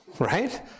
Right